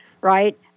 Right